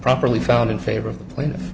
properly found in favor of the pla